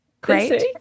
great